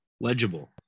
legible